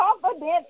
confident